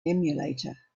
emulator